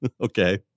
okay